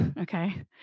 okay